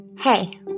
Hey